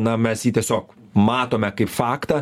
na mes jį tiesiog matome kaip faktą